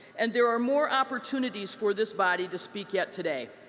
and there are more opportunities for this body to speak yet today.